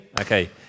Okay